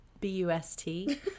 B-U-S-T